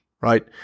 right